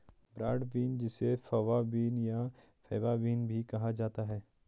broad bean जिसे fava bean या faba bean भी कहा जाता है